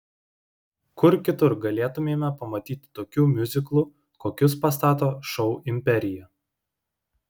kur kitur galėtumėme pamatyti tokių miuziklų kokius pastato šou imperija